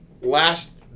last